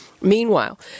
Meanwhile